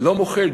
לא מוחל,